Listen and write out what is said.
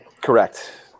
Correct